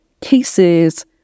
cases